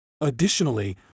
Additionally